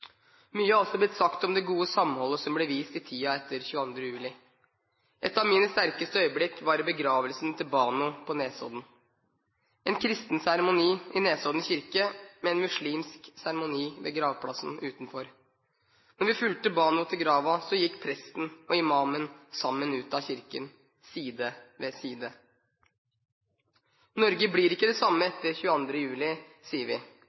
Mye er også blitt sagt om det gode samholdet som ble vist i tida etter 22. juli. Et av mine sterkeste øyeblikk var i begravelsen til Bano Rashid på Nesodden, en kristen seremoni i Nesodden kirke med en muslimsk seremoni ved gravplassen utenfor. Da vi fulgte Bano til graven, gikk presten og imamen sammen ut av kirken, side ved side. Norge blir ikke det samme etter 22. juli,